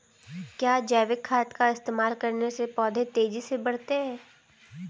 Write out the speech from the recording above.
क्या जैविक खाद का इस्तेमाल करने से पौधे तेजी से बढ़ते हैं?